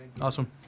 Awesome